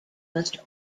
must